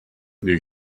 you